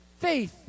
Faith